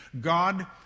God